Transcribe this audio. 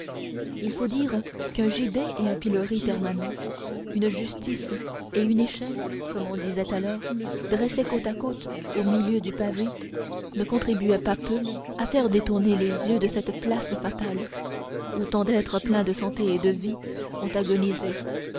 il faut dire qu'un gibet et un pilori permanents une justice et une échelle comme on disait alors dressés côte à côte au milieu du pavé ne contribuaient pas peu à faire détourner les yeux de cette place fatale où tant d'êtres pleins de santé et de vie ont agonisé